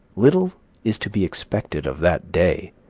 little is to be expected of that day,